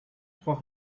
trois